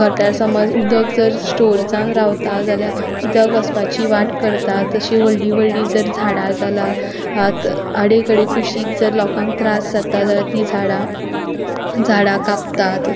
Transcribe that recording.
गटारान समज उदक जर स्टोर जावन रावता जाल्यार उदक वचपाची वाट करता तशी व्हडलीं व्हडलीं जर झाडां जालात आडेकडे कुशीक जर लोकांक त्रास जाता जाल्यार तीं झाडां झाडां कापतात